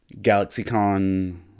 GalaxyCon